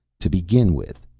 to begin with,